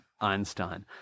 Einstein